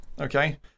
okay